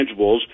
intangibles